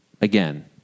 again